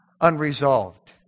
unresolved